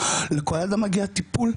לכל אדם מגיע טיפול,